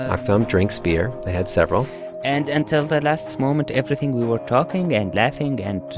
aktham drinks beer. they had several and until the last moment, everything we were talking and laughing and